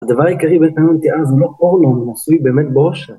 הדבר העיקרי בהנטיעה זה לא אורלון, הוא נשוי באמת באושר.